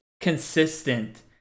consistent